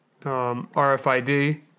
RFID